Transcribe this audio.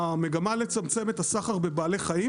המגמה לצמצם את הסחר בבעלי חיים